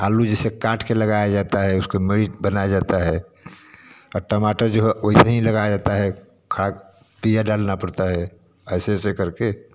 आलू जैसे काटके लगाया जाता है उसको बनाया जाता है और टमाटर है जो नहीं लगाया जाता है खाद डालना पड़ता है ऐसे ऐसे करके